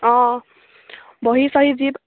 অঁ বহী চহী যি